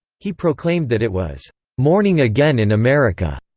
he proclaimed that it was morning again in america,